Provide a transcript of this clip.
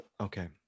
Okay